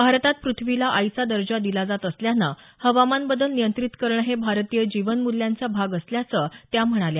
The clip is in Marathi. भारतात प्रथ्वीला आईचा दर्जा दिला जात असल्यानं हवामान बदल नियंत्रित करणं हे भारतीय जीवनमूल्यांचा भाग असल्याचं त्या म्हणाल्या